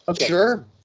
Sure